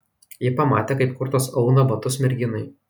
ji pamatė kaip kurtas auna batus merginai